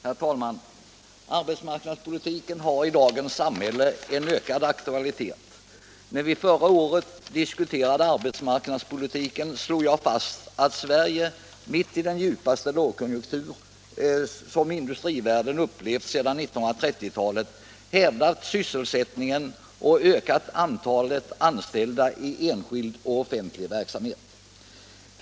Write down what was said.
Herr talman! Arbetsmarknadspolitiken har i dagens samhälle en ökad aktualitet. När vi förra året diskuterade arbetsmarknadspolitiken slog jag fast att Sverige mitt i den djupaste lågkonjunktur som industrivärlden upplevt sedan 1930-talet hävdat sysselsättningen och ökat antalet anställda i enskild och offentlig verksamhet.